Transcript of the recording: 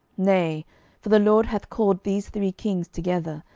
nay for the lord hath called these three kings together,